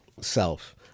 self